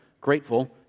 grateful